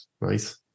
Nice